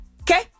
Okay